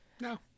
No